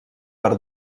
per